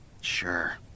Sure